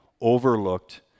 overlooked